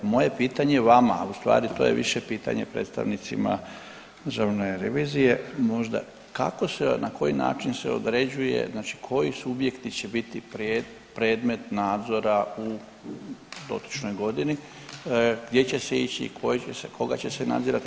Moje je pitanje vama, a u stvari to je više pitanje predstavnicima Državne revizije možda kako se, na koji način se određuje, znači koji subjekti će biti predmet nadzora u dotičnoj godini, gdje će se ići, koga će se nadzirati.